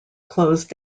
close